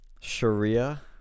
Sharia